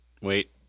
wait